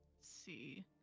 see